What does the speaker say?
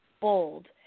bold